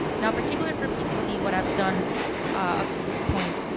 now particular for pcc what i've done up to this point,